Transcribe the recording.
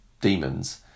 demons